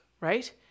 right